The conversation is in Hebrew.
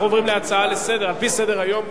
אנחנו עוברים להצעה לסדר, על-פי סדר-היום,